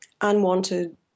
unwanted